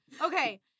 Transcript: Okay